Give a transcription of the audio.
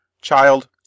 Child